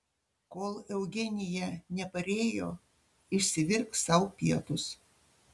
kol eugenija neparėjo išsivirk sau pietus